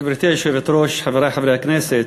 גברתי היושבת-ראש, חברי חברי הכנסת,